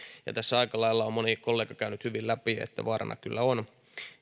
ja tässä on aika lailla moni kollega käynyt hyvin läpi että vaarana kyllä on